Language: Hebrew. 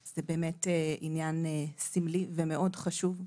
זה באמת עניין סמלי ומאוד חשוב,